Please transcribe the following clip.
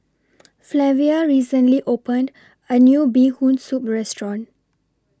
Flavia recently opened A New Bee Hoon Soup Restaurant